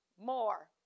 more